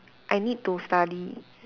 I need to study